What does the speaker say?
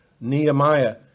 Nehemiah